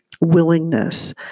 willingness